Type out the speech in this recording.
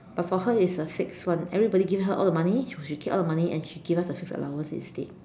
but for her it's a fixed one everybody give her all the money she will keep all the money and she give us a fixed allowance instead